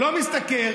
הוא לא עובד, לא משתכר,